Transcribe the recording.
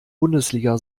bundesliga